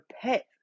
pet